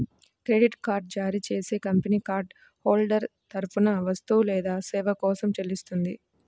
credit card జారీ చేసే company card holder తరపున వస్తువు లేదా సేవ కోసం చెల్లిస్తుంది